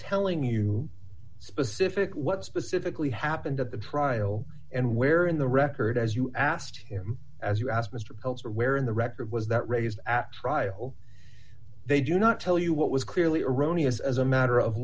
telling you specific what specifically happened at the trial and where in the record as you asked him as you asked mr culture where in the record was that raised at trial they do not tell you what was clearly erroneous as a matter of